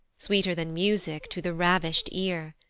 sweeter than music to the ravish'd ear,